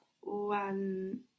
one